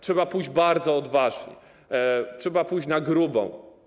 Trzeba pójść bardzo odważnie, trzeba pójść na grubo.